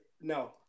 no